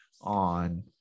on